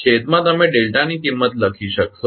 છેદમાં તમે ડેલ્ટાની કિંમત લખી શકશો